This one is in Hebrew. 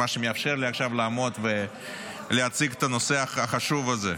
מה שמאפשר לי עכשיו לעמוד ולהציג את הנושא החשוב הזה.